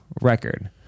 record